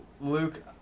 Luke